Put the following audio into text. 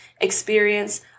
experience